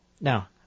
Now